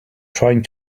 trying